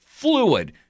Fluid